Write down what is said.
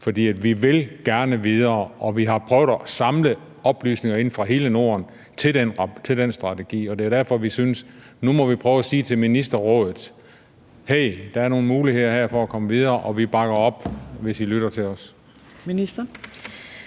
For vi vil gerne videre, og vi har prøvet at samle oplysninger ind fra hele Norden til den strategi, og det er derfor, vi synes, at vi nu må prøve at sige til ministerrådet: Hey, der er nogle muligheder her for at komme videre, og vi bakker op, hvis I lytter til os.